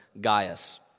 Gaius